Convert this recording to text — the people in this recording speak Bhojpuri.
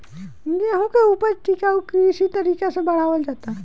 गेंहू के ऊपज टिकाऊ कृषि तरीका से बढ़ावल जाता